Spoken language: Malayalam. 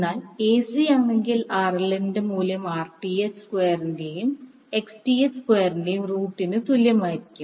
എന്നാൽ ac ആണെങ്കിൽ RL ന്റെ മൂല്യം Rth സ്ക്വയറിന്റെയും Xth സ്ക്വയറിന്റെയും റൂട്ടിന് തുല്യമായിരിക്കും